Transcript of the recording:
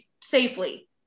safely